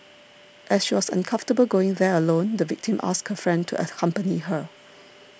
as she was uncomfortable going there alone the victim asked her friend to at accompany her